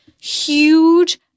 huge